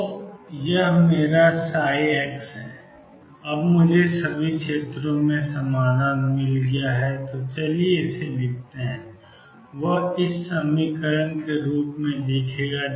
तो यह मेरा ψ है अब मुझे सभी क्षेत्रों में समाधान मिल गया है तो चलिए इसे लिखते हैं